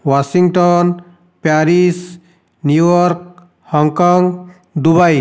Washington Paris New York Hong Kong Dubai